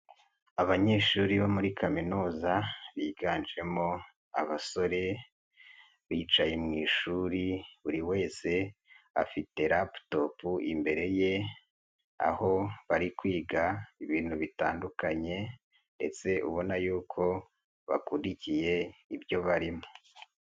Abanyeshuri bo muri kaminuza biganjemo abasore bicaye mu ishuri buri wese afite raputopu imbere ye aho bari kwiga ibintu bitandukanye ndetse ubona yuko bakurikiye ibyo barimo.